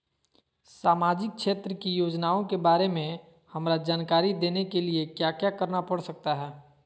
सामाजिक क्षेत्र की योजनाओं के बारे में हमरा जानकारी देने के लिए क्या क्या करना पड़ सकता है?